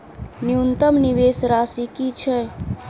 न्यूनतम निवेश राशि की छई?